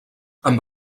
amb